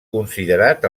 considerat